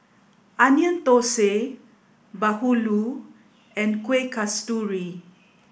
Onion Thosai Bahulu and Kueh Kasturi